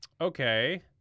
Okay